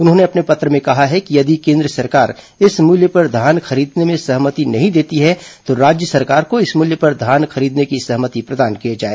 उन्होंने अपने पत्र में कहा है कि यदि केन्द्र सरकार इस मूल्य पर धान खरीदने में सहमति नहीं देती है तो राज्य सरकार को इस मूल्य पर धान खरीदने की सहमति प्रदान की जाए